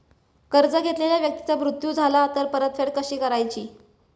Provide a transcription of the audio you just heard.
कर्ज घेतलेल्या व्यक्तीचा मृत्यू झाला तर परतफेड कशी करायची?